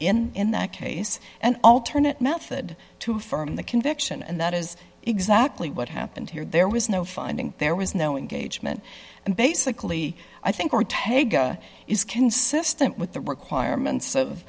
in in that case an alternate method to firm the conviction and that is exactly what happened here there was no finding there was no engagement and basically i think we tega is consistent with the requirements of